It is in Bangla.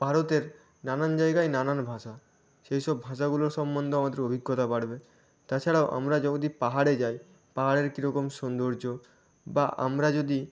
ভারতের নানান জায়গায় নানান ভাষা সেই সব ভাষাগুলোর সম্বন্ধে আমাদের অভিজ্ঞতা বাড়বে তাছাড়াও আমরা যদি পাহাড়ে যাই পাহাড়ের কীরকম সৌন্দর্য বা আমরা যদি